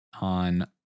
on